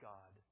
God